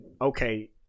okay